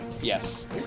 Yes